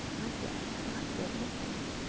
not yet, i'm not doing it yet.